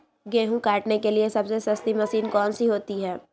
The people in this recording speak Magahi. गेंहू काटने के लिए सबसे सस्ती मशीन कौन सी होती है?